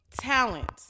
talent